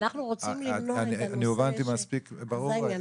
הובנתי מספיק ברור?